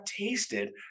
tasted